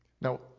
Now